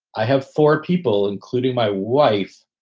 i have four people, including my wife,